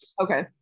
okay